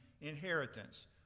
inheritance